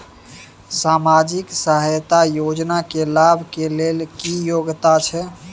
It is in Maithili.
सामाजिक सहायता योजना के लाभ के लेल की योग्यता छै?